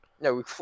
No